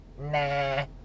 nah